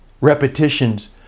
repetitions